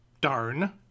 Darn